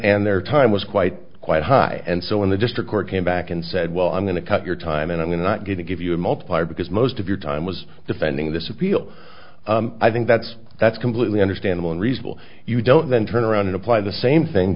end their time was quite quite high and so when the district court came back and said well i'm going to cut your time and i'm going to give you a multiplier because most of your time was defending this appeal i think that's that's completely understandable and reasonable you don't then turn around and apply the same thing